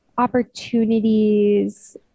opportunities